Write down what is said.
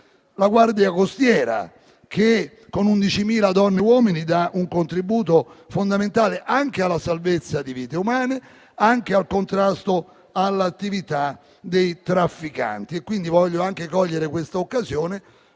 la Guardia costiera, che con 11.000 donne e uomini dà un contributo fondamentale alla salvezza di vite umane e al contrasto all'attività dei trafficanti. Voglio quindi cogliere questa occasione